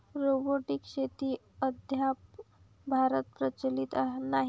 robotic शेती अद्याप भारतात प्रचलित नाही